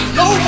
no